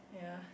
yea